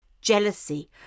jealousy